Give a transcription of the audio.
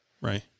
Right